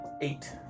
Eight